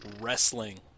Wrestling